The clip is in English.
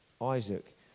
Isaac